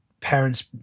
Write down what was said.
parents